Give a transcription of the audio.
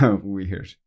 weird